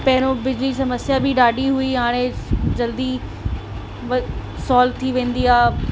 पहिरियों बिजली समस्या बि ॾाढी हुई हाणे जल्दी व सॉल्व थी वेंदी आहे